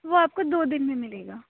وہ آپ کو دو دِن میں ملے گا